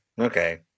Okay